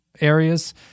areas